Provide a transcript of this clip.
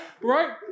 Right